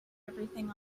everything